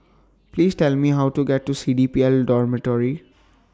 Please Tell Me How to get to C D P L Dormitory